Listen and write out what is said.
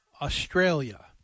Australia